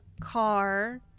car